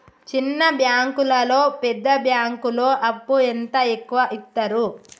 చిన్న బ్యాంకులలో పెద్ద బ్యాంకులో అప్పు ఎంత ఎక్కువ యిత్తరు?